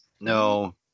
No